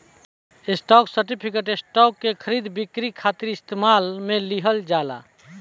stock certificate, stock के खरीद बिक्री खातिर इस्तेमाल में लिहल जाला